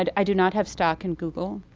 and i do not have stock in google.